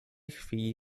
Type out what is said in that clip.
chwili